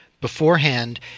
beforehand